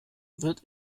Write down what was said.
wird